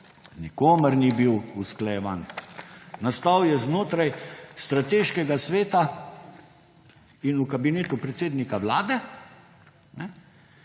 nikomer ni bil usklajevan. Nastal je znotraj Strateškega sveta in Kabineta predsednika Vlade,